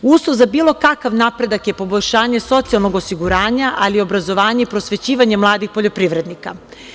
Uslov za bilo kakav napredak je poboljšanje socijalnog osiguranja, ali i obrazovanja i prosvećivanja mladih poljoprivrednika.